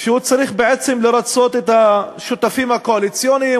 שהוא צריך בעצם לרצות את השותפים הקואליציוניים,